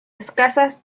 escasas